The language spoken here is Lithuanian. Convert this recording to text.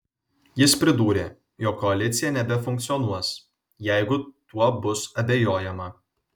jis pridūrė jog koalicija nebefunkcionuos jeigu tuo bus abejojama